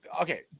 okay